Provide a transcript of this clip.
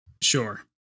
Sure